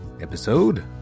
episode